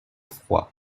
froid